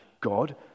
God